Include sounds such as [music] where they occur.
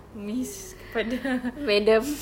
miss kepada [laughs]